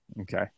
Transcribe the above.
Okay